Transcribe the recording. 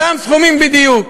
אותם סכומים בדיוק.